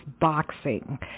boxing